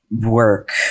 work